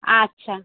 আচ্ছা